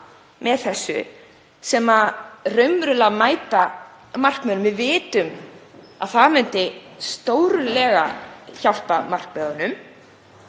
með þessu sem raunverulega mæta markmiðunum, við vitum að það myndi stórlega hjálpa markmiðunum